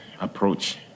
approach